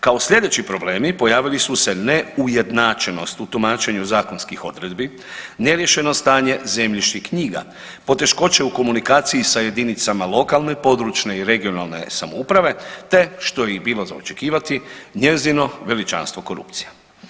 Kao sljedeći problemi pojavili su se ne ujednačenost u tumačenju zakonskih odredbi, neriješeno stanje zemljišnih knjiga, poteškoće u komunikaciji sa jedinicama lokalne, područne i regionalne samouprave te što je i bilo za očekivati njezino veličanstvo korupcija.